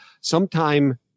sometime